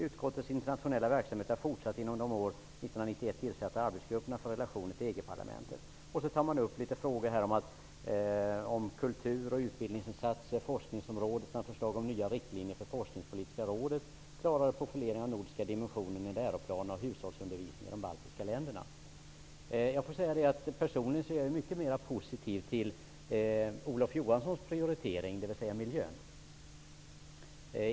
Utskottets internationella verksamhet har fortsatt inom de under år 1991 tillsatta arbetsgrupperna för relationer till EG Man tar här upp en del frågor om kultur och utbildningsinsatser, forskningsområdet samt förslag om nya riktlinjer för Forskningspolitiska rådet, klarare profilering av den nordiska dimensionen i läroplanen när det gäller hushållsundervisning i de baltiska länderna. Personligen är jag mycket mer positiv till Olof Johanssons prioritering, dvs. av miljön.